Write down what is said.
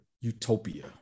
utopia